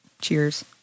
cheers